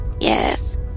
Yes